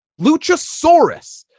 Luchasaurus